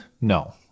No